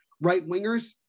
right-wingers